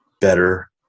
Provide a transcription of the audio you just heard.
better